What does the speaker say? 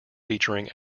featuring